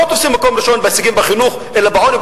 לא תופסים מקום ראשון בהישגים בחינוך אלא בעוני,